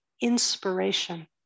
inspiration